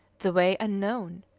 the way unknown.